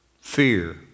Fear